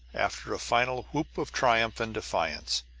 after a final whoop of triumph and defiance,